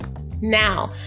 Now